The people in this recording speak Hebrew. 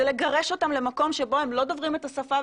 זה לגרש אותם למקום שבו הם לא דוברים את השפה,